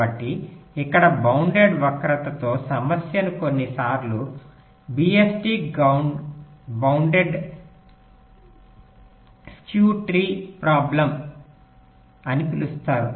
కాబట్టి ఇక్కడ బౌండెడ్ వక్రత తో సమస్యను కొన్నిసార్లు BST bounded skew tree problem అని పిలుస్తారు